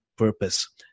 purpose